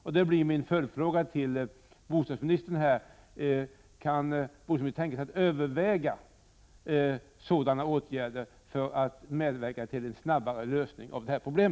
Därför blir min följdfråga: Kan bostadsministern tänka sig att överväga sådana åtgärder för att medverka till en snabbare lösning av dessa problem?